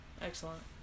Excellent